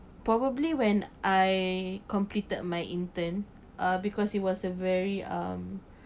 probably when I completed my intern uh because it was a very um